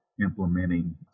implementing